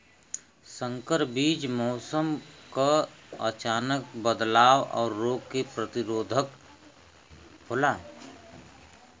संकर बीज मौसम क अचानक बदलाव और रोग के प्रतिरोधक होला